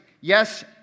yes